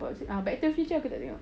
back to the future dah aku tengok